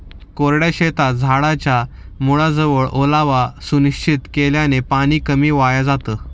कोरड्या शेतात झाडाच्या मुळाजवळ ओलावा सुनिश्चित केल्याने पाणी कमी वाया जातं